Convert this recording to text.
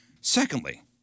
Secondly